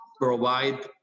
provide